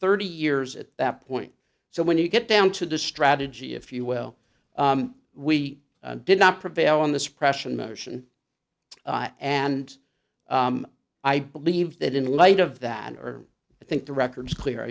thirty years at that point so when you get down to the strategy if you well we did not prevail on the suppression motion and i believe that in light of that or i think the record clear